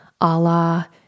Allah